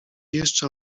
jeszcze